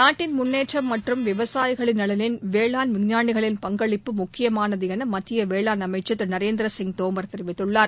நாட்டின் முன்னேற்றம் மற்றும் விவசாயிகளின் நலனில் வேளாண் விஞ்ஞானிகளின் பங்களிப்பு முக்கியமானது என மத்திய வேளாண் அமைச்சர் திரு நரேந்திரசிங் தோமர் தெரிவித்துள்ளார்